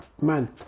man